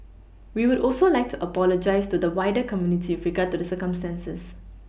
we would also like to apologise to the wider community with regard to the circumstances